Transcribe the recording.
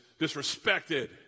disrespected